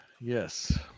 Yes